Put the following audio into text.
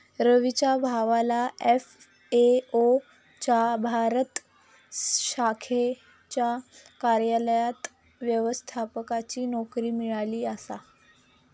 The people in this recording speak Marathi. रवीच्या भावाला एफ.ए.ओ च्या भारत शाखेच्या कार्यालयात व्यवस्थापकाची नोकरी मिळाली आसा